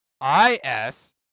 I-S